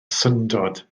syndod